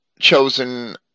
chosen